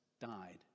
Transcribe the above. died